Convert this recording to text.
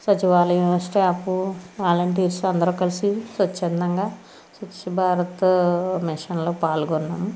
సచివాలయం staff volunteers అందరు కలిసి స్వచ్ఛందంగా స్వచ్చభారత్ మిషన్లో పాల్గొన్నాము